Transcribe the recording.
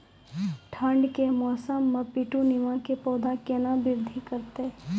ठंड के मौसम मे पिटूनिया के पौधा केना बृद्धि करतै?